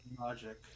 logic